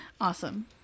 Awesome